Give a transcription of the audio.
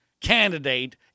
candidate